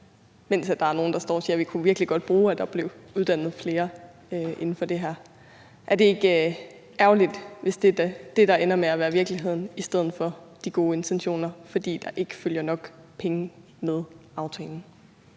mens der er nogle, der står og siger, at de virkelig godt kunne bruge, at der blev uddannet flere inden for det felt? Er det ikke ærgerligt, hvis det er det, der ender med at være virkeligheden i stedet for de gode intentioner, fordi der ikke følger nok penge med aftalen?